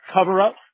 cover-up